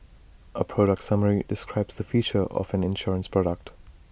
A product summary describes the features of an insurance product